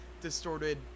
distorted